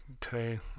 today